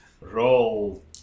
Roll